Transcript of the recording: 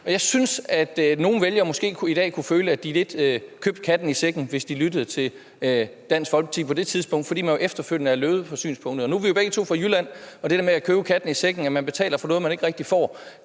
Jeg tror, at nogle vælgere måske i dag kunne føle, at de lidt havde købt katten i sækken, hvis de havde lyttet til Dansk Folkeparti på det tidspunkt, fordi man jo efterfølgende er løbet fra synspunktet. Nu er vi jo begge to fra Jylland, og det der med at købe katten i sækken, at man betaler for noget, man ikke rigtig får,